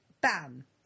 Bam